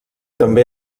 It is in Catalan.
també